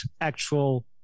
actual